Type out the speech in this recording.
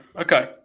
Okay